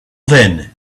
then